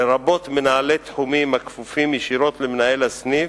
לרבות מנהלי תחומים הכפופים ישירות למנהל הסניף,